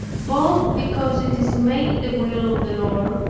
both because it is made the will of the lord,